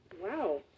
Wow